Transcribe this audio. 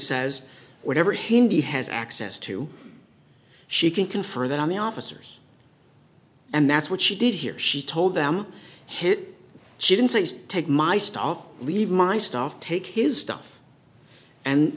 says whatever hindy has access to she can confer that on the officers and that's what she did here she told them hit she didn't say just take my stop leave my stuff take his stuff and